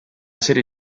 serie